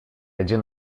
один